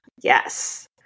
Yes